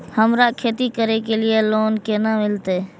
हमरा खेती करे के लिए लोन केना मिलते?